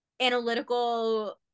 analytical